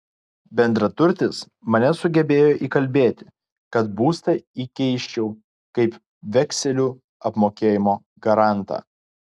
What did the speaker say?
bendraturtis mane sugebėjo įkalbėti kad būstą įkeisčiau kaip vekselių apmokėjimo garantą